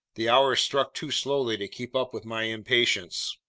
the hours struck too slowly to keep up with my impatience.